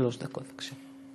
שלוש דקות, בבקשה.